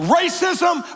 racism